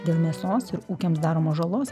dėl mėsos ir ūkiams daromos žalos